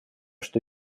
что